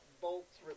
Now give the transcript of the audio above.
bolts